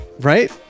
Right